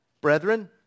Brethren